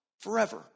forever